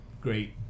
great